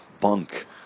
bunk